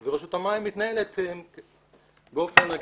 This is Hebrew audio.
ורשות המים מתנהלת באופן רגיל.